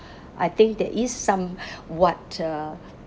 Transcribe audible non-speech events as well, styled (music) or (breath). I think there is some (breath) what uh